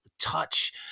touch